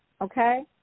Okay